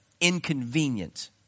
inconvenient